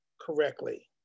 correctly